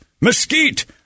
mesquite